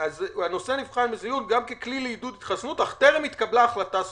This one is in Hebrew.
גם ככלי לעידוד התחסנות אך טרם התקבלה החלטה סופית.